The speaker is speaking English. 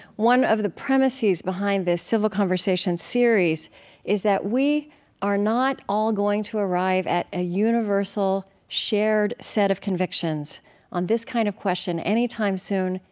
one of the premises behind this civil conversation series is that we are not all going to arrive at a universal shared set of convictions on this kind of question any time soon,